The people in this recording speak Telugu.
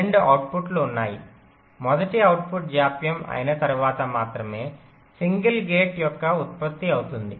2 అవుట్పుట్లు ఉన్నాయి మొదటి అవుట్పుట్ జాప్యం అయిన తర్వాత మాత్రమే సింగల్ గేట్ యొక్క ఉత్పత్తి అవుతుంది